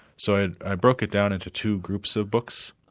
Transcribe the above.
so i i broke it down into two groups of books.